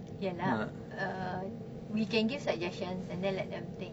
ya lah uh we can give suggestions and then let them think